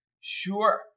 Sure